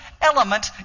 element